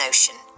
Ocean